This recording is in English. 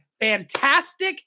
fantastic